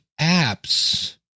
apps